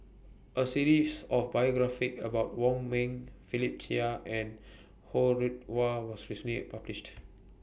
A series of biographies about Wong Ming Philip Chia and Ho Rih Hwa was recently published